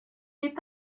est